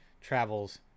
travels